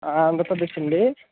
ఆంధ్రప్రదేశ్ అండి